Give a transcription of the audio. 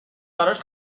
براش